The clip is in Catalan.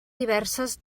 diverses